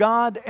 God